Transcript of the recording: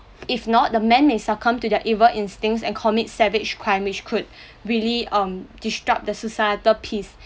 if not the men may succumb to their evil instincts and commit savage crime which could really um disrupt the societal peace